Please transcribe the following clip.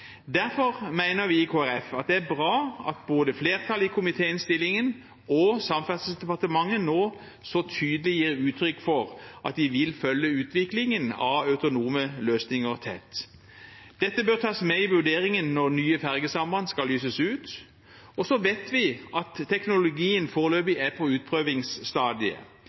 bra at både flertallet i komitéinnstillingen og Samferdselsdepartementet nå så tydelig gir uttrykk for at de vil følge utviklingen av autonome løsninger tett. Dette bør tas med i vurderingen når nye fergesamband skal lyses ut. Vi vet at teknologien foreløpig er på